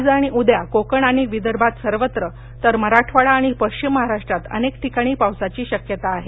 आज आणि उद्या कोकण आणि विदर्भात सर्वत्र तर मराठवाडा आणि पश्चिम महाराष्ट्रात अनेक ठिकाणी पाक्साची शक्यता आहे